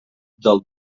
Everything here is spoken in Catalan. del